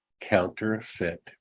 counterfeit